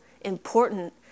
important